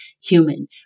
human